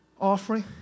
offering